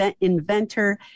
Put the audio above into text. inventor